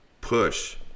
push